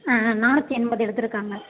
ஆ நானூற்றி எண்பது எடுத்திருக்காங்க